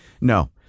No